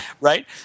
right